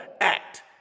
Act